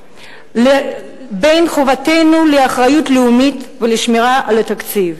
לבין חובתנו לאחריות לאומית ולשמירה על התקציב.